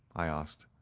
i asked.